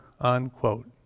unquote